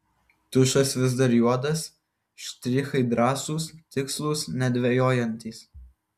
tušas vis dar juodas štrichai drąsūs tikslūs nedvejojantys